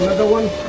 the one